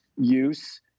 use